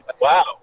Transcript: Wow